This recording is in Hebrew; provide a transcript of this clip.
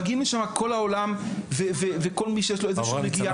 מגיעים לשמה כל העולם וכל מי שיש לו איזו שהיא נגיעה.